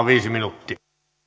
viisi minuuttia